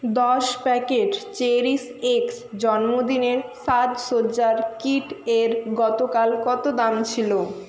দশ packet CherishX জন্মদিনের সাজসজ্জার কিট এর গতকাল কত দাম ছিল